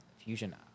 fusion